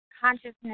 consciousness